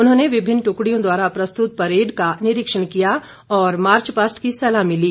उन्होंने विभिन्न ट्रुकड़ियों द्वारा प्रस्तुत परेड का निरीक्षण किया और मार्चपास्ट की सलामी ली